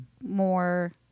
more